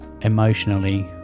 emotionally